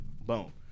boom